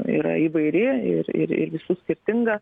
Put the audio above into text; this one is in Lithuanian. yra įvairi ir ir ir visų skirtinga